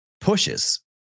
pushes